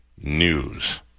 news